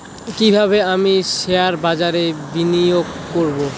কিভাবে আমি শেয়ারবাজারে বিনিয়োগ করবে?